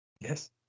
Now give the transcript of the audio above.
Yes